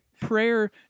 prayer